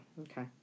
Okay